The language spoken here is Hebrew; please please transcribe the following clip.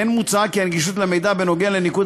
כמו כן מוצע כי הגישה למידע בנוגע לניקוד